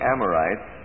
Amorites